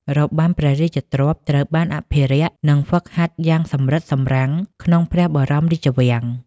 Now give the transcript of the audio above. របាំព្រះរាជទ្រព្យត្រូវបានអភិរក្ស និងហ្វឹកហាត់យ៉ាងសម្រិតសម្រាំងក្នុងព្រះបរមរាជវាំង។